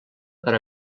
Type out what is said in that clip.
per